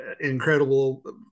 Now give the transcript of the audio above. incredible